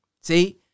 See